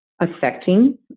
affecting